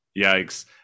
yikes